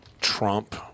Trump